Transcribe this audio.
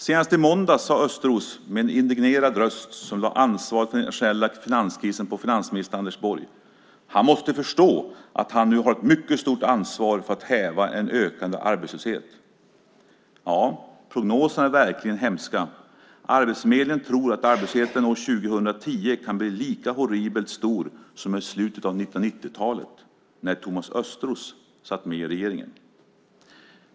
Senast i måndags sa Östros med en indignerad röst som la ansvaret för den internationella finanskrisen på finansminister Anders Borg: Han måste förstå att han nu har ett mycket stort ansvar för att häva en ökande arbetslöshet. Ja, prognoserna är verkligen hemska. Arbetsförmedlingen tror att arbetslösheten år 2010 kan bli lika horribelt stor som i slutet av 1990-talet. När Thomas Östros satt med i regeringen."